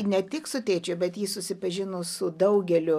ne tik su tėčiu bet ji susipažino su daugeliu